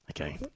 Okay